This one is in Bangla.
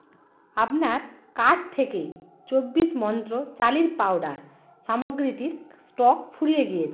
আপনার কার্ট থেকে চব্বিশ মন্ত্র চালের পাউডার সামগ্রীটির স্টক ফুরিয়ে গিয়েছে